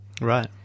Right